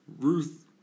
Ruth